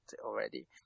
already